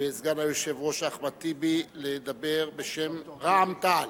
וסגן היושב-ראש אחמד טיבי לדבר בשם רע"ם-תע"ל.